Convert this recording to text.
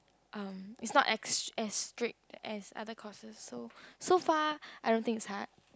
um is not ex~ as strict as other courses so so far I don't think is hard